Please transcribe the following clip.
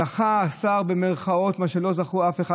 "זכה" השר למה שלא זכה אף אחד,